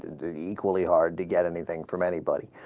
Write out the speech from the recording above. the equally hard to get anything from anybody